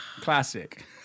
classic